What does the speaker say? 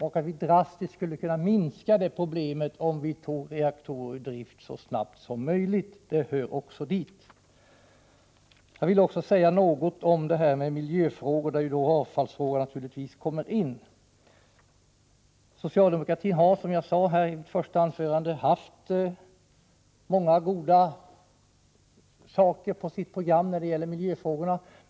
Vi skulle drastiskt kunna minska detta problem, om vi tog reaktorer ur drift så snabbt som möjligt. Jag vill också nämna miljöfrågorna, dit avfallsfrågan naturligtvis hör. Socialdemokraterna har, som jag sade i mitt första anförande, haft många goda saker på sitt program när det gäller miljöfrågorna.